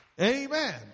Amen